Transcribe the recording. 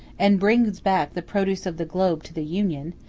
and brings back the produce of the globe to the union,